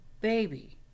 baby